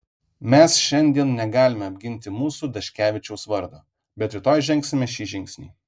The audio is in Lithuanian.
mes šiandien negalime apginti mūsų daškevičiaus vardo bet rytoj žengsime šį žingsnį